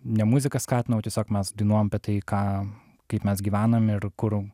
ne muzika skatina o tiesiog mes dainuojam apie tai ką kaip mes gyvenam ir kur